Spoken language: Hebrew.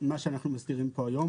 מה שאנחנו מסדירים כאן היום,